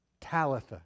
Talitha